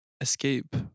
escape